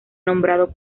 nombrado